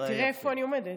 הינה, תראה איפה אני עומדת.